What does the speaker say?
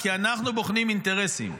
כי אנחנו בוחנים אינטרסים.